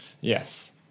Yes